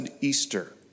Easter